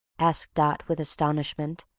asked dot with astonishment,